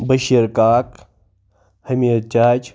بٔشیٖر کاک حمیٖد چاچہ